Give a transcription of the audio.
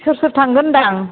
सोर सोर थांगोन होनदां